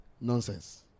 Nonsense